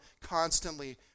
constantly